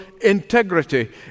integrity